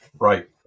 Right